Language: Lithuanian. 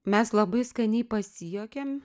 mes labai skaniai pasijuokėm